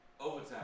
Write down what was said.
Overtime